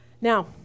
Now